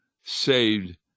saved